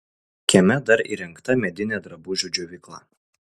kieme dar įrengta medinė drabužių džiovykla